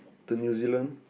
the New-Zealand